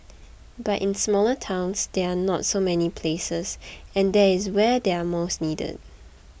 but in smaller towns there are not so many places and that is where they are most needed